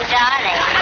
darling